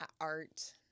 Art